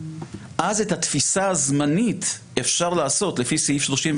אז את התפיסה הזמנית אפשר לעשות לפי סעיף 32